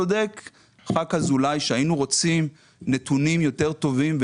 צודק ח"כ אזולאי שהיינו רוצים נתונים יותר טובים,